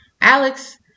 Alex